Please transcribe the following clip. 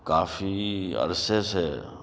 کافی عرصے سے